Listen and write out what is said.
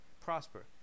prosper